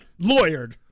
lawyered